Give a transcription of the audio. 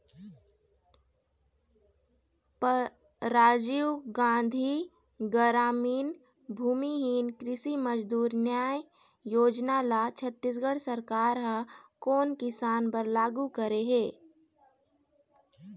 राजीव गांधी गरामीन भूमिहीन कृषि मजदूर न्याय योजना ल छत्तीसगढ़ सरकार ह कोन किसान बर लागू करे हे?